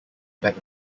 back